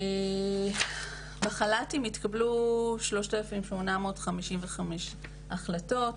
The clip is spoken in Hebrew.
בחל"תים התקבלו 3,855 החלטות,